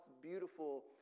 beautiful